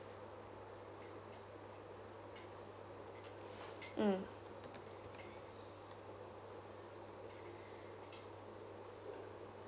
mm